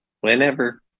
Whenever